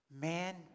Man